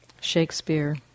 Shakespeare